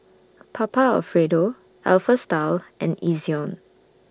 Papa Alfredo Alpha Style and Ezion